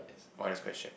oh next question